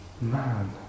man